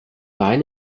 wein